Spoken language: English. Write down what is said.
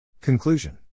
Conclusion